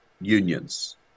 unions